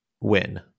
win